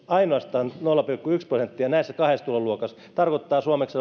ainoastaan nolla pilkku yksi prosenttia näissä kahdessa tuloluokassa tarkoittaa suomeksi